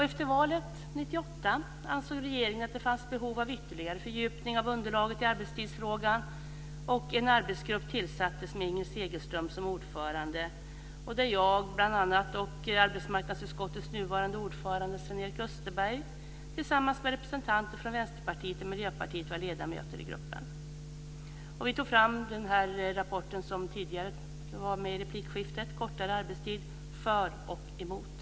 Efter valet 1998 ansåg regeringen att det fanns behov av ytterligare fördjupning av underlaget i arbetstidsfrågan, och en arbetsgrupp tillsattes med Inger Segelström som ordförande. Där ingick bl.a. jag och arbetsmarknadsutskottets nuvarande ordförande Sven-Erik Österberg tillsammans med representanter från Vänsterpartiet och Miljöpartiet. Vi tog fram den rapport som togs upp tidigare i replikskiftet, Kortare arbetstid - för och emot.